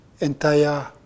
entire